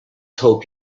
hope